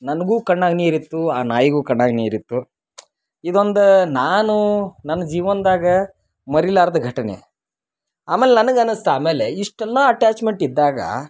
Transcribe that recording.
ನನಗೂ ಕಣ್ಣಾಗ ನೀರಿತ್ತು ಆ ನಾಯಿಗೂ ಕಣ್ಣಾಗ ನೀರಿತ್ತು ಇದೊಂದು ನಾನು ನನ್ನ ಜೀವನದಾಗ ಮರಿಲಾರದ ಘಟನೆ ಆಮೇಲೆ ನನಗೆ ಅನ್ನಿಸ್ತು ಆಮೇಲೆ ಇಷ್ಟೆಲ್ಲ ಅಟ್ಯಾಚ್ಮೆಂಟ್ ಇದ್ದಾಗ